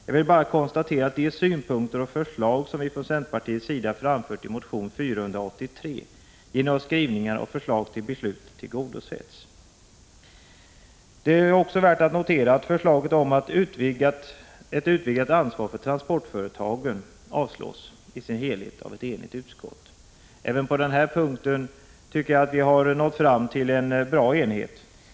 Jag vill bara konstatera att de synpunkter och förslag som vi från centerpartiets sida framfört i motion 483 genom skrivningarna och förslagen till beslut tillgodosetts. Det är också värt att notera att förslaget om ett utvidgat ansvar för transportföretagen i dess helhet avstyrks av ett enigt utskott. Även på den punkten tycker jag att vi har nått fram till en bra enighet.